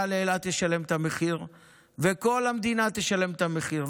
לאילת ישלם את המחיר וכל המדינה תשלם את המחיר.